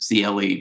CLE